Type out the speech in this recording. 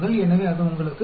तो यह आपको 0095 देता है